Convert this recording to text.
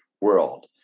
world